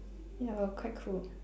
ya but quite cool